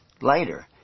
later